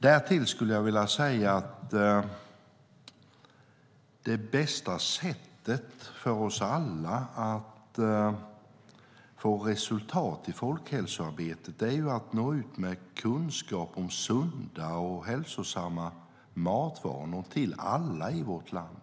Därtill skulle jag vilja säga att det bästa sättet för oss alla att få resultat i folkhälsoarbetet är att nå ut med kunskap om sunda och hälsosamma matvanor till alla i vårt land.